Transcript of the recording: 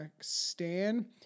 Stan